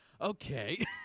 Okay